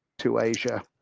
to asia,